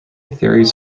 theories